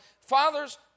Father's